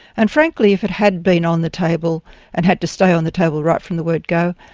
and frankly, if it had been on the table and had to stay on the table right from the word go,